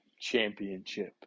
championship